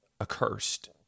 accursed